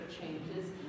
changes